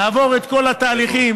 נעבור את כל התהליכים.